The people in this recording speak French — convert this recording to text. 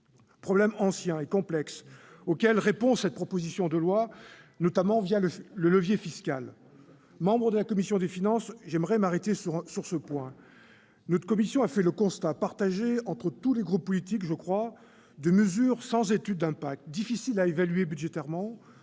problème ancien et complexe auquel répond cette proposition de loi, notamment le levier fiscal. Membre de la commission des finances, j'aimerais m'arrêter sur ce point. Notre commission a fait le constat, partagé, me semble-t-il, par tous les groupes politiques, de mesures sans études d'impact, difficiles à évaluer budgétairement,